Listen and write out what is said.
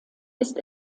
ist